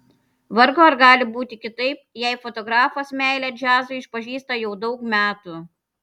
vargu ar gali būti kitaip jei fotografas meilę džiazui išpažįsta jau daug metų